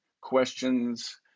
questions